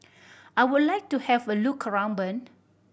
I would like to have a look around Bern